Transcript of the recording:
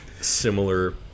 similar